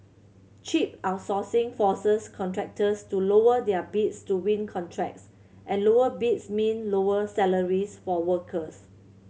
cheap outsourcing forces contractors to lower their bids to win contracts and lower bids mean lower salaries for workers